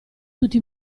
tutti